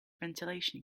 ventilation